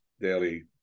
daily